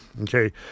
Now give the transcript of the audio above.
Okay